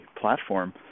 platform